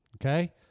okay